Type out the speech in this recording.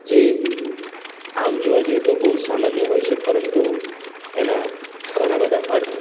જે આમ જોવા જઈએ તો બહુ સામાન્ય હોય છે પરંતુ એના ઘણા બધા અર્થ